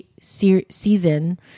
season